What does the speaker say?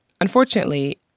Unfortunately